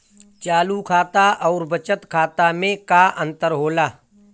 चालू खाता अउर बचत खाता मे का अंतर होला?